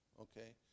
okay